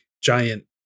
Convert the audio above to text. giant